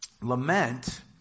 Lament